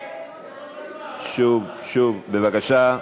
שוב, בבקשה.